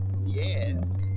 Yes